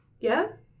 Yes